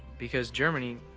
because germany,